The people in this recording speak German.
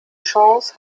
chance